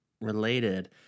related